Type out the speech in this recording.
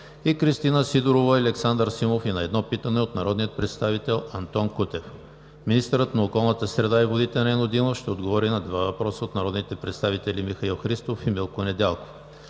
Кристина Сидорова и Александър Симов; и на едно питане от народния представител Антон Кутев. 5. Министърът на околната среда и водите Нено Димов ще отговори на два въпроса от народните представители Михаил Христов и Милко Недялков.